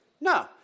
No